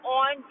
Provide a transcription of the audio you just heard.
on